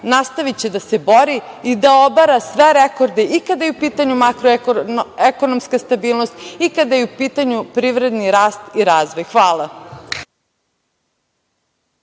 nastaviće da se bori i da obara sve rekorde, i kada je u pitanju makroekonomska stabilnost i kada je u pitanju privredni rast i razvoj. Hvala.